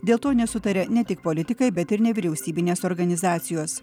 dėl to nesutarė ne tik politikai bet ir nevyriausybinės organizacijos